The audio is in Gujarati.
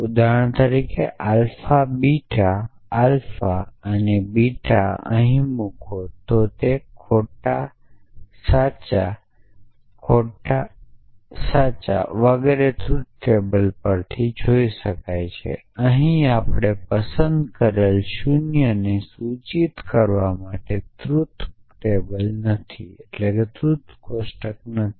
ઉદાહરણ તરીકે આલ્ફા બીટા આલ્ફા અને બીટ અહી મૂકો તો ખોટા ખોટા સાચા ખોટા સાચા વગેરે ટ્રુથ ટેબલ પર થી જોય શકાય છે અહી આપણે પસંદ કરેલ 0 ને સૂચિત કરવા માટે ટ્રૂથ કોષ્ટક નથી